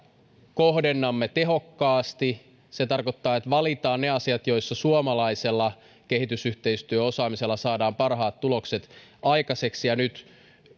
kohdennamme tehokkaasti se tarkoittaa että valitaan ne asiat joissa suomalaisella kehitysyhteistyöosaamisella saadaan parhaat tulokset aikaiseksi ja nyt